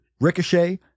Ricochet